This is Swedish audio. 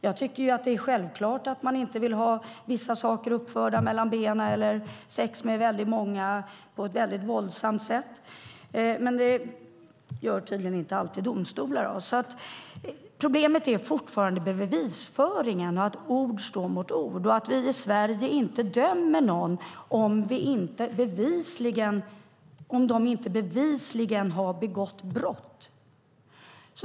Jag tycker att det är självklart att man inte vill ha vissa saker uppförda mellan benen eller sex med många på ett våldsamt sätt, men det tycker tydligen inte alltid domstolarna. Problemet är fortfarande bevisföringen och att ord står mot ord. Vi i Sverige dömer inte någon om han eller hon inte bevisligen har begått brott.